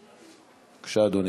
בבקשה, אדוני.